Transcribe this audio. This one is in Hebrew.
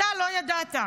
אתה לא ידעת,